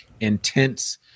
intense